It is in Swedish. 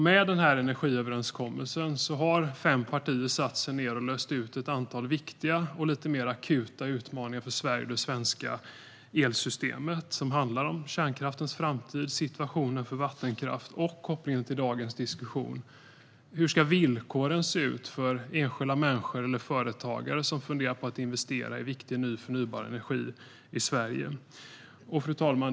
Med energiöverenskommelsen har fem partier löst ett antal viktiga och lite mer akuta utmaningar för Sverige och det svenska elsystemet, som handlar om kärnkraftens framtid, situationen för vattenkraft och kopplingen till dagens diskussion. Hur ska villkoren se ut för enskilda människor eller företagare som funderar på att investera i viktig ny förnybar energi i Sverige? Fru talman!